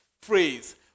phrase